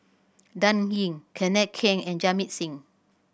Dan Ying Kenneth Keng and Jamit Singh